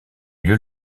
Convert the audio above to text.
lieu